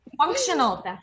functional